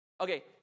Okay